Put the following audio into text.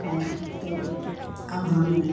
हैं तो अब हम